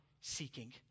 seeking